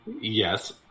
Yes